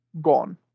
Gone